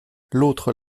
l’autre